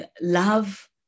love